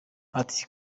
ati